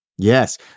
Yes